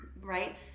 Right